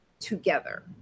together